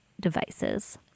devices